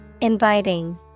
Inviting